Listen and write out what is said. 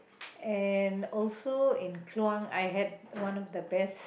and also in Kluang I had one of the best